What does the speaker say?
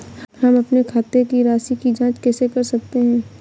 हम अपने खाते की राशि की जाँच कैसे कर सकते हैं?